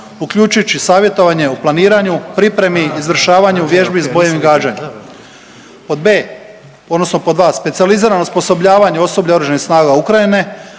uključujući savjetovanje u planiranju, pripremi i izvršavanju vježbi s bojevim gađanjem. Pod b, odnosno pod 2, specijalizirano osposobljavanje osoblja oružanih snaga Ukrajine,